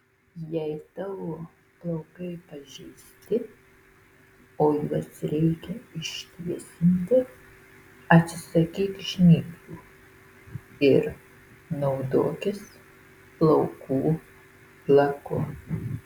jei tavo plaukai pažeisti o juos reikia ištiesinti atsisakyk žnyplių ir naudokis plaukų laku